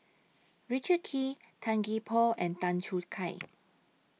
Richard Kee Tan Gee Paw and Tan Choo Kai